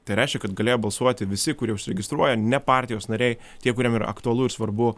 tai reiškia kad galėjo balsuoti visi kurie užsiregistruoja ne partijos nariai tie kuriem yra aktualu ir svarbu